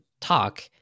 talk